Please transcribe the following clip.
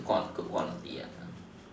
good qua~ good quality ah